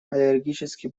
аллергическим